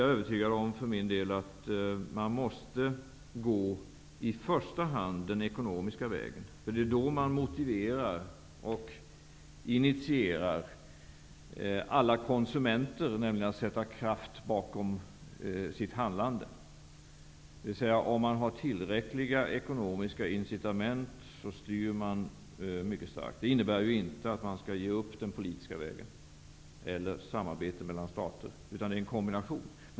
Jag är för min del övertygad om att man i första hand måste gå den ekonomiska vägen. Det är då man motiverar och initierar alla konsumenter att sätta kraft bakom sitt handlande. Om man har tillräckliga ekonomiska incitament styr man mycket starkt. Det innebär inte att man skall ge upp den politiska vägen eller samarbetet mellan stater. Det är en kombination.